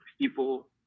people